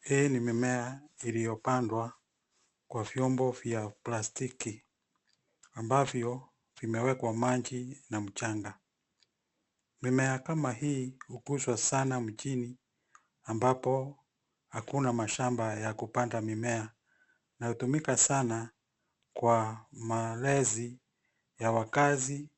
Hii ni mimea iliyopandwa kwa vyombo vya plastiki ambavyo vimewekwa maji na mchanga. Mimea kama hii hukuzwa sana mjini ambapo hakuna mashamba ya kupanda mimea na hutumika sana kwa malezi ya wakaazi